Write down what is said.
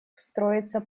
строится